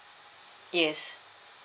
yes